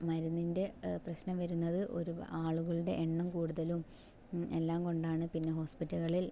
മരുന്നിൻ്റെ പ്രശ്നം വരുന്നത് ഒരു ആളുകളുടെ എണ്ണം കൂടുതലും എല്ലാം കൊണ്ടാണ് പിന്നെ ഹോസ്പിറ്റലുകളിൽ